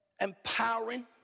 empowering